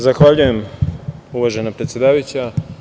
Zahvaljujem, uvažena predsedavajuća.